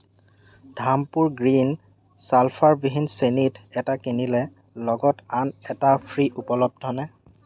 Dhampur green চালফাৰবিহীন চেনিত এটা কিনিলে লগত আন এটা ফ্ৰী উপলব্ধনে